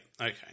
Okay